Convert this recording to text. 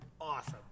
awesome